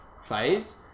phase